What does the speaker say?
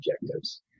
objectives